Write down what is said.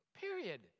period